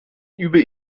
über